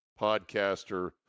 podcaster